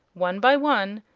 one by one,